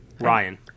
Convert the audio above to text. Ryan